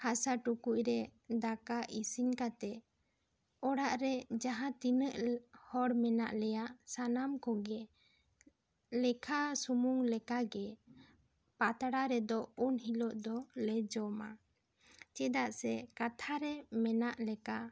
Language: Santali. ᱦᱟᱥᱟ ᱴᱩᱠᱩᱡ ᱨᱮ ᱫᱟᱠᱟ ᱤᱥᱤᱱ ᱠᱟᱛᱮ ᱚᱲᱟᱜ ᱨᱮ ᱡᱟᱦᱟᱸ ᱛᱤᱱᱟᱜ ᱦᱚᱲ ᱢᱮᱱᱟᱜ ᱞᱮᱭᱟ ᱥᱟᱱᱟᱢ ᱠᱚᱜᱮ ᱞᱮᱠᱷᱟ ᱥᱩᱢᱩᱝ ᱞᱮᱠᱟᱜᱮ ᱯᱟᱛᱲᱟ ᱨᱮᱫᱚ ᱩᱱ ᱦᱤᱞᱳᱜ ᱫᱚ ᱞᱮ ᱡᱚᱢᱟ ᱪᱮᱫᱟᱜ ᱥᱮ ᱠᱟᱛᱷᱟ ᱨᱮ ᱢᱮᱱᱟᱜ ᱞᱮᱠᱟ